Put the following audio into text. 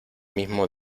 mismo